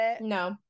no